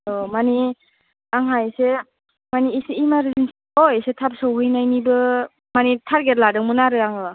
औ माने आंहा एसे माने एसे इमारजेन्सि थ' एसे थाब सहैनायनिबो माने टारगेट लादोंमोन आरो आङो